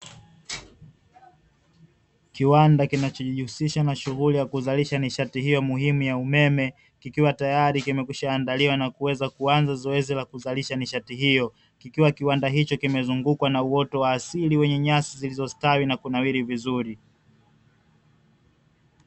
Kiwanda kinachojihusisha na shughuli ya kuzalisha nishati hiyo muhimu ya umeme, kikiwa tayari kimekwisha andaliwa na kuweza kuanza zoezi la kuzalisha nishati hiyo. Kikiwa kiwanda hicho kimezungukwa na uoto wa asili wenye nyasi zilizostawi na kunawiri vizuri.